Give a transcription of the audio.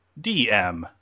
dm